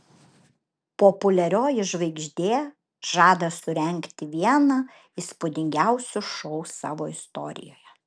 populiarioji žvaigždė žada surengti vieną įspūdingiausių šou savo istorijoje